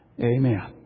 Amen